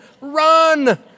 Run